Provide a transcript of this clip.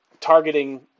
Targeting